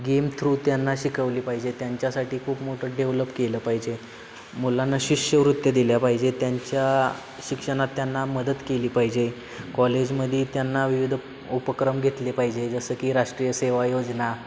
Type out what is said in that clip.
game through त्यांना शिकवली पाहिजे त्यांच्यासाठी खूप मोठं डेव्हलप केलं पाहिजे मुलांना शिष्यवृत्त्या दिल्या पाहिजे त्यांच्या शिक्षणात त्यांना मदत केली पाहिजे कॉलेजमध्ये त्यांना विविध उपक्रम घेतले पाहिजे जसं की राष्ट्रीय सेवा योजना